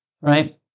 Right